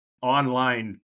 online